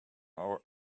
our